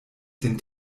den